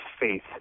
faith